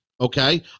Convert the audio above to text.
Okay